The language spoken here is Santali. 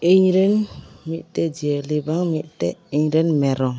ᱤᱧᱨᱮᱱ ᱢᱤᱫᱴᱮᱱ ᱡᱤᱭᱟᱹᱞᱤᱫᱚ ᱢᱤᱫᱴᱮᱱ ᱤᱧᱨᱮᱱ ᱢᱮᱨᱚᱢ